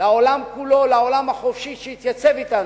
לעולם כולו, לעולם החופשי, שיתייצב אתנו,